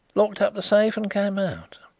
locked up the safe and came out.